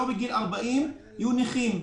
לא אנשים שבגיל 40 יהיו נכים.